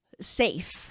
safe